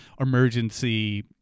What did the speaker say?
emergency